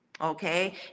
okay